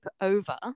over